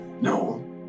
No